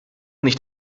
nicht